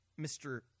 Mr